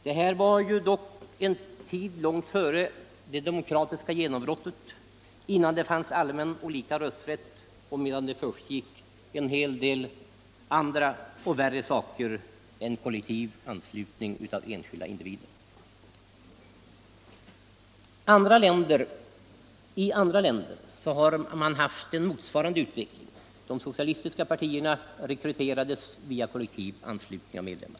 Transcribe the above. Detta var ju ändå en tid långt före det demokratiska genombrottet och innan vi fick allmän och lika rösträtt och då det förekom en hel del andra och värre saker än kollektiv anslutning av enskilda individer. I andra länder har man haft en motsvarande utveckling. De socialistiska partierna rekryterades via kollektiv anslutning av medlemmar.